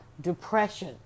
depression